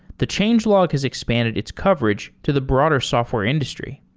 the changelog has expanded its coverage to the broader software industry.